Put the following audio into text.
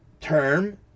term